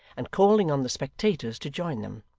and calling on the spectators to join them.